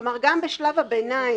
כלומר גם בשלב הביניים,